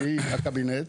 שהיא הקבינט,